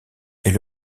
est